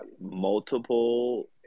multiple